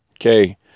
Okay